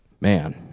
man